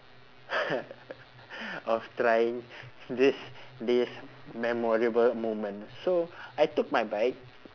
of trying this this memorable moment so I took my bike